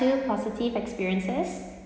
two positive experiences